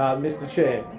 mr chair.